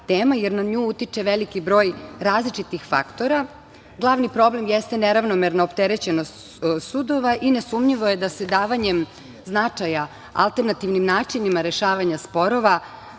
tema, jer na nju utiče veliki broj različitih faktora. Glavni problem jeste neravnomerna opterećenost sudova i nesumnjivo je da se davanjem značaja alternativnim načinima rešavanja sporova